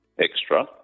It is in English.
extra